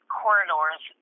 corridors